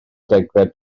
degfed